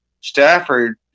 Stafford